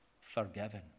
forgiven